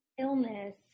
illness